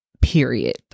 Period